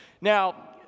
Now